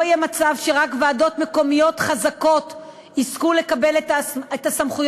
יהיה מצב שרק ועדות מקומיות חזקות יזכו לקבל את הסמכויות